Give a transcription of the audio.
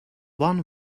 one